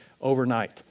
overnight